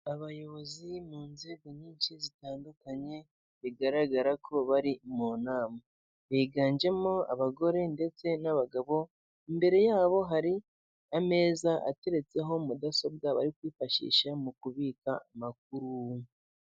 Abayobozi mu nzego nyinshi zitandukanye bigaragara ko bari mu nama, biganjemo abagore ndetse n'abagabo. Imbere yabo hari ameza ateretseho mudasobwa bari kwifashisha mu kubika amakuru.